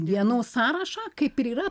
dienų sąrašą kaip ir yra